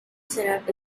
syrup